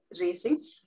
racing